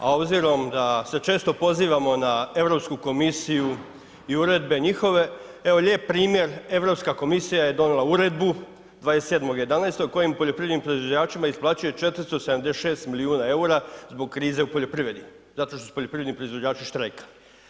A obzirom da se često pozivamo na EU komisiju i uredbe njihove, evo lijep primjer, EU komisija je donijela uredbu 27.11. kojim poljoprivrednim proizvođačima isplaćuje 476 milijuna eura zbog krize u poljoprivredi zato što su poljoprivredni proizvođači štrajkali.